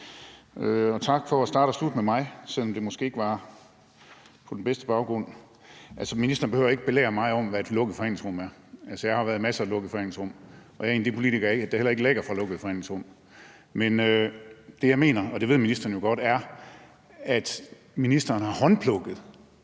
og tak for at starte og slutte med mig, selv om det måske ikke var på den bedste baggrund. Ministeren behøver ikke belære mig om, hvad et lukket forhandlingsrum er. Jeg har jo været i masser af lukkede forhandlingsrum, og jeg er en af de politikere, der heller ikke lækker noget fra lukkede forhandlingsrum. Det, jeg mener, og det ved ministeren jo godt, er, at ministeren har håndplukket